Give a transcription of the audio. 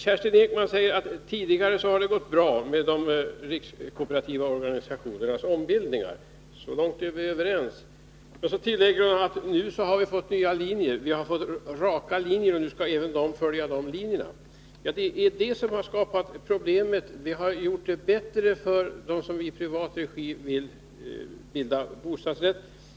Kerstin Ekman säger att det tidigare har gått bra att ombilda hyresrättslägenheter till bostadsrätter med hjälp av de rikskooperativa organisationerna. Så långt är vi överens. Men så tillägger hon att nu får vi raka linjer, och då skall även dessa organsiationer följa de linjerna. Det är detta som har skapat problem. Vi har gjort det lättare för dem som i privat regi vill bilda bostadsrätt.